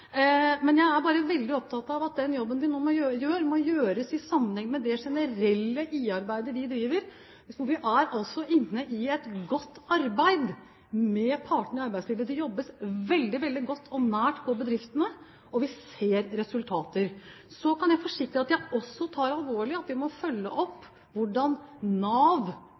Men jeg er veldig opptatt av at den jobben vi nå gjør, må gjøres i sammenheng med det generelle IA-arbeidet vi driver med. Vi er altså inne i et godt arbeid med partene i arbeidslivet, det jobbes veldig, veldig godt og nært på bedriftene, og vi ser resultater. Så kan jeg forsikre om at jeg også tar alvorlig at vi må følge opp hvordan Nav